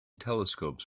telescopes